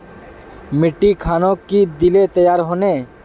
मिट्टी खानोक की दिले तैयार होने?